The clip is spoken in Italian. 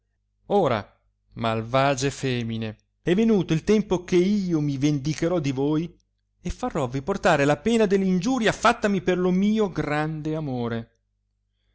ora malvagie femine è venuto il tempo che io mi vendicherò di voi e farovvi portare la pena dell ingiuria fattami per lo mio grande amore